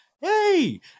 Hey